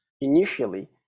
initially